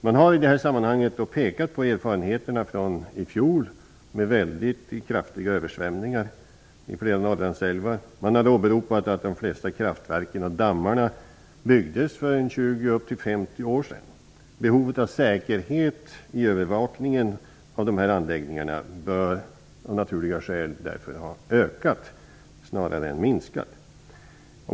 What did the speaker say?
Man har i detta sammanhang pekat på erfarenheterna från i fjol i samband med de mycket kraftiga översvämmningar som då förekom längs flera Norrlandsälvar. Man har åberopat att de flesta kraftverken och dammarna byggdes för 20--50 år sedan. Behovet av säkerhet i övervakningen av dessa anläggningar bör därför av naturliga skäl ha ökat snarare än minskat.